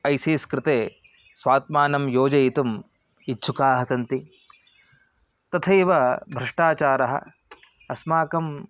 ISIS कृते स्वात्मानं योजयितुम् इच्छुकाः सन्ति तथैव भ्रष्टाचारः अस्माकम्